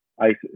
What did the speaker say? ISIS